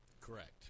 Correct